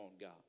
God